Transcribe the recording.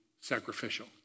sacrificial